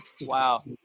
Wow